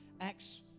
Acts